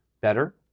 better